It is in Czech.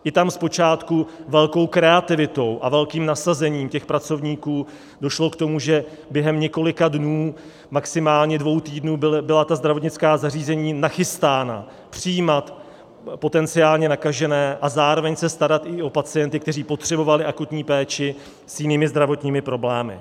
I tam zpočátku velkou kreativitou a velkým nasazením těch pracovníků došlo k tomu, že během několika dnů, maximálně dvou týdnů, byla ta zdravotnická zařízení nachystána přijímat potenciálně nakažené a zároveň se starat i o pacienty, kteří potřebovali akutní péči s jinými zdravotními problémy.